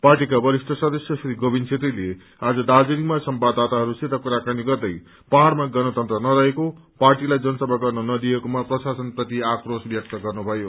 party बरिष्ठ सदस्य श्री गोविन छेत्रीले आज दार्जीलिङमा संवाददाताहसंसित कुराकानी गर्दै पहाइमा गणतन्त्र नरहेको पार्टीलाई जनसभा गर्न नदिएकोमा प्रशासन प्रति आक्रोस व्यक्त गरे